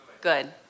good